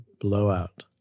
Blowout